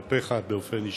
כלפיך באופן אישי: